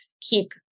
keep